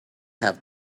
have